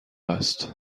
است